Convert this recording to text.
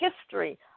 history